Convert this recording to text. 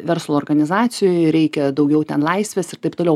verslo organizacijoj reikia daugiau ten laisvės ir taip toliau